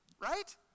right